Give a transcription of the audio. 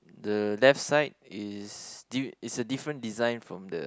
the left side is d~ is a different design from the